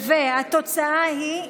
התוצאה היא,